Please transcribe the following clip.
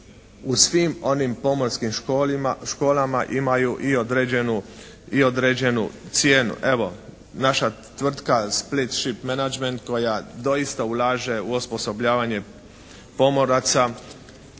u svim onim pomorskim školama imaju i određenu cijenu. Evo naša tvrtka "Split Ship management" koja doista ulaže u osposobljavanje pomoraca